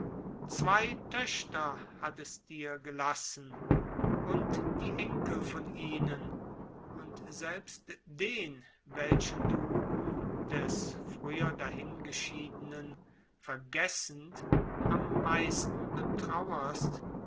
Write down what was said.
zwei töchter hat es dir gelassen und die enkel von ihnen und selbst den welchen du des früher vergessend am meisten betrauerst